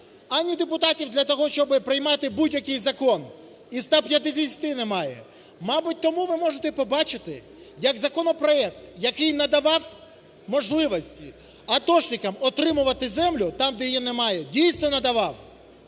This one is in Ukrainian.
ані депутатів для того, щоб приймати будь-який закон, і 150 немає. Мабуть, тому ви можете побачити, як законопроект, який надавав можливість атошникам отримувати землю там, де її немає, дійсно надавав,